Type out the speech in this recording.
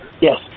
Yes